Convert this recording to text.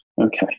okay